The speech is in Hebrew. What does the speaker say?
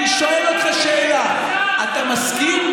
אתה, אני שואל אותך שאלה: אתה מסכים?